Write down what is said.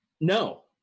no